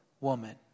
woman